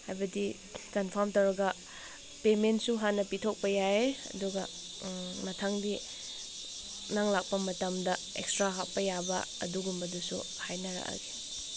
ꯍꯥꯏꯕꯗꯤ ꯀꯟꯐꯥꯝ ꯇꯧꯔꯒ ꯄꯦꯃꯦꯟꯁꯨ ꯍꯥꯟꯅ ꯄꯤꯊꯣꯛꯄ ꯌꯥꯏ ꯑꯗꯨꯒ ꯃꯊꯪꯒꯤ ꯅꯪ ꯂꯥꯛꯄ ꯃꯇꯝꯗ ꯑꯦꯛꯁꯇ꯭ꯔꯥ ꯍꯥꯞꯄ ꯌꯥꯕ ꯑꯗꯨꯒꯨꯝꯕꯗꯨꯁꯨ ꯍꯥꯏꯅꯔꯛꯑꯒꯦ